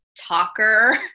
talker